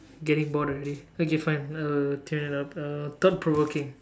getting bored already okay fine uh tune it up uh thought provoking